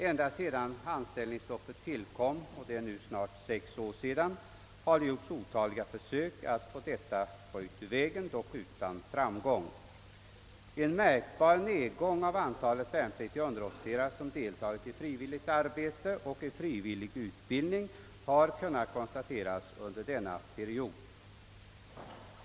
Ända sedan anställningsstoppet infördes, och det är nu snart sex år sedan, har det gjorts otaliga försök att få detta röjt ur vägen, dock utan framgång. En märkbar nedgång av antalet värnpliktiga underofficerare som deltagit i frivilligt arbete och frivillig utbildning har också kunnat konstateras under denna period.